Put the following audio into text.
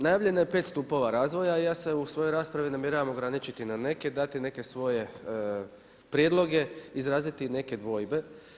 Najavljeno je 5 stupova razvoja i ja se u svojoj raspravi namjeravam ograničiti na neke i dati neke svoje prijedloge, izraziti i neke dvojbe.